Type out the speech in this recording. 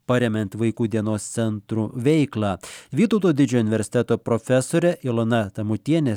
paremiant vaikų dienos centrų veiklą vytauto didžiojo universiteto profesorė ilona tamutienė